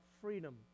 freedom